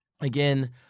again